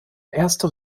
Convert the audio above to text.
erste